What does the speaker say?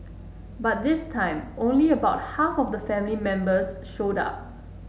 but this time only about half of the family members showed up